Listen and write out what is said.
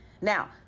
now